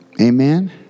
Amen